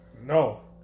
No